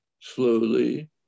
slowly